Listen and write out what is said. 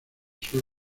sur